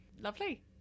Lovely